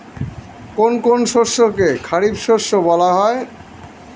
কোন কোন শস্যকে খারিফ শস্য বলা হয়?